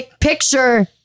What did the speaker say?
picture